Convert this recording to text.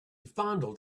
fondled